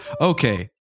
Okay